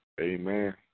amen